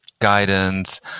guidance